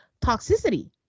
toxicity